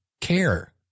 care